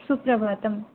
सुप्रभातम्